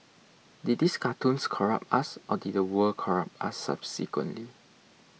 did these cartoons corrupt us or did the world corrupt us subsequently